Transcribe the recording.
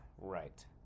Right